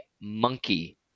monkey